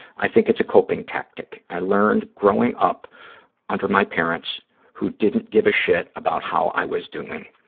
i think it's a coping tactic i learned growing up under my parents who didn't give a shit about how i was doing.